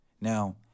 Now